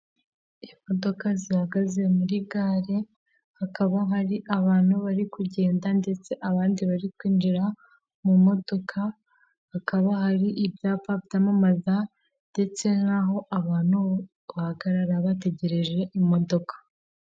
Imodoka zihagaze muri gare hakaba hari abantu bari kugenda ndetse abandi bari kwinjira mu modoka, hakaba hari ibyapa byamamaza ndetse n'aho abantu bahagarara bategereje imodoka.